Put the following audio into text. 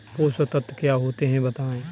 पोषक तत्व क्या होते हैं बताएँ?